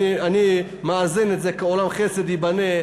ואני מאזן את זה כ"עולם חסד ייבנה",